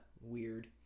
weird